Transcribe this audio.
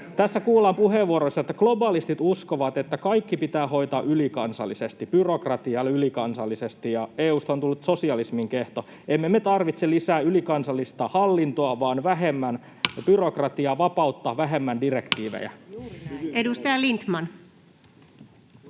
Tässä puheenvuoroissa kuullaan, että globalistit uskovat, että kaikki pitää hoitaa ylikansallisesti, byrokratialla ylikansallisesti, ja EU:sta on tullut sosialismin kehto. Emme me tarvitse lisää ylikansallista hallintoa vaan vähemmän byrokratiaa, vapautta, vähemmän direktiivejä. Edustaja Lindtman.